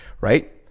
right